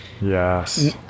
yes